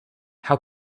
how